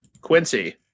Quincy